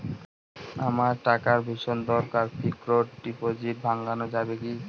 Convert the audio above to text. আমার টাকার ভীষণ দরকার ফিক্সট ডিপোজিট ভাঙ্গানো যাবে কি?